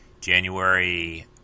January